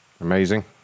Amazing